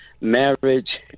marriage